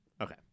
Okay